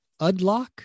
udlock